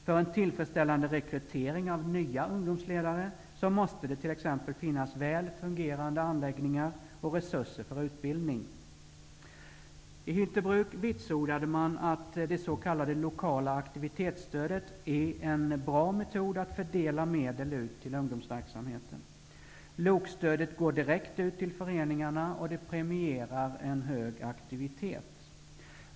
För en tillfredställande rekrytering av nya ungdomsledare måste det t.ex. finnas väl fungerande anläggningar och resurser för utbildning. I Hyltebruk vitsordade man att det s.k. lokala aktivitetsstödet utgör en bra metod att fördela medel till ungdomsverksamheten. LOK-stödet går direkt ut till föreningarna och det premierar en stor aktivitet.